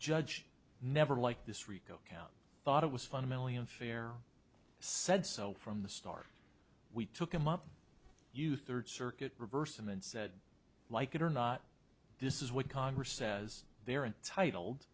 judge never like this rico count thought it was fundamentally unfair said so from the start we took him up you third circuit reversed them and said like it or not this is what congress says they're entitled